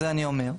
את זה אני אומר.